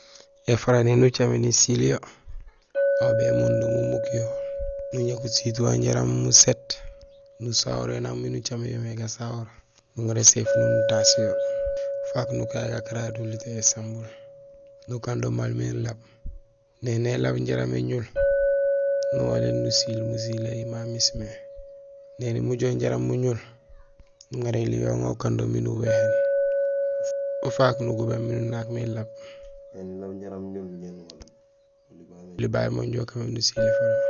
Ēfara néni ucaméén ésiilyo, aw bémundum umuk yo, nuñak usiit wawu jaraam uséét, nusahor yo nang miin ucaméén yo mé gasahor, nuŋaar éséfuno nutaas yo, ufaak nukan yo gakarari nuliltéén yo sambul, nukaan do maal miin laab. Néni élaab jaraam éñul, nuwaléén nusiil msilayi mamismé. Néni mujoow jaraam muñul, nuŋa éliw yayu ukando miin nuwéhéén ufaak nugubéén nunaak miin lab, éni laab jaraam ñul ñé nuwaléén; oli babé mé inja ukaan mémé nusiil éfara.